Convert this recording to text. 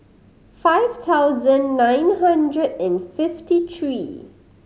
five thousand nine hundred and fifty three